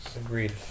agreed